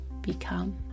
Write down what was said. become